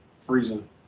freezing